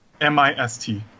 M-I-S-T